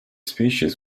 species